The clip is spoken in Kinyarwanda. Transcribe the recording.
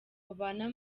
babana